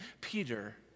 Peter